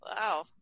Wow